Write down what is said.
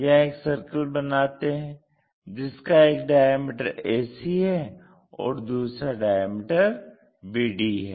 यहां एक सर्किल बनाते हैं जिसका एक डायमीटर ac है और दूसरा डायमीटर bd है